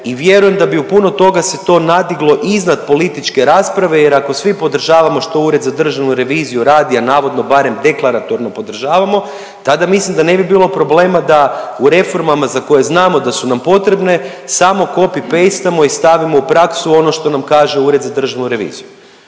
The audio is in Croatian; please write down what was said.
i vjerujem da bi u puno toga se to nadiglo iznad političke rasprave, jer ako svi podržavamo što Ured za državnu reviziju radi, a navodno barem deklaratorno podržavamo, tada mislim da ne bi bilo problema da, u reformama za koje znamo da su nam potrebne samo copy paste-amo i stavimo u praksu ono što kaže Ured za državnu reviziju